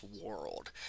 world